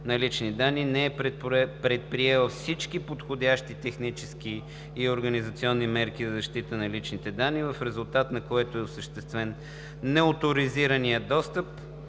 на лични данни, не е предприела всички подходящи технически и организационни мерки за защита на личните данни, в резултат на което е осъществен неоторизиран достъп,